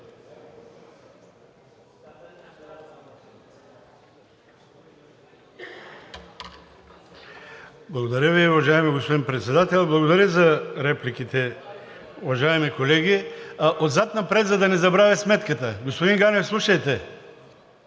Благодаря Ви. Уважаеми господин Председател! Благодаря за репликите, уважаеми колеги! Отзад напред, за да не забравя сметката. Господин Ганев, слушайте.